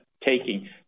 taking